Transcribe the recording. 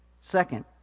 Second